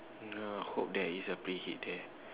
ya hope there is a preheat there